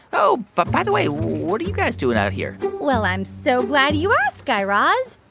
oh, but by the way, what are you guys doing out here? well, i'm so glad you asked, guy raz.